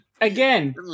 Again